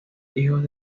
hijos